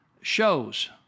shows